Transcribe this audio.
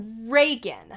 Reagan